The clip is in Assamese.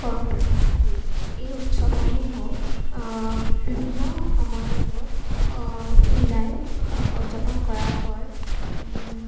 কৰম পূজা আদি এই উৎসৱসমূহত বিভিন্ন সময়ৰ লগত মিলাই উদযাপন কৰা হয়